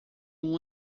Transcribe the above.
uma